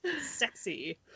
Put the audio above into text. Sexy